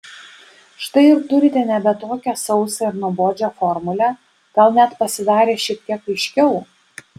štai ir turite nebe tokią sausą ir nuobodžią formulę gal net pasidarė šiek tiek aiškiau